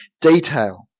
detail